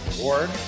Award